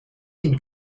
den